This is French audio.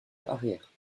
arrière